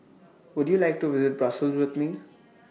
Would YOU like to visit Brussels with Me